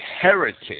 heritage